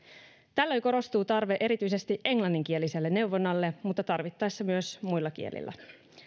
tällöin korostuu tarve erityisesti englanninkieliselle neuvonnalle mutta tarvittaessa myös muilla kielillä